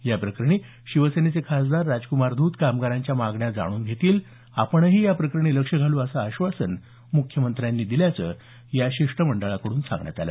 याप्रकरणी शिवसेनेचे खासदार राजकुमार धूत कामगारांच्या मागण्या जाणून घेतील आपणही या प्रकरणी लक्ष घालू असं आश्वासन मुख्यमंत्र्यांनी दिल्याचं या शिष्टमंडळाकडून सांगण्यात आलं